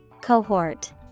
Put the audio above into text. Cohort